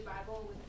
Bible